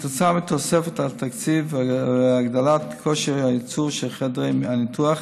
כתוצאה מתוספת התקציב והגדלת כושר הייצור של חדרי הניתוח,